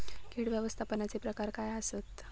कीड व्यवस्थापनाचे प्रकार काय आसत?